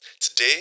Today